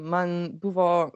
man buvo